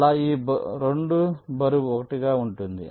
అలా ఈ 2 బరువు 1గా ఉంటుంది